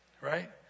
right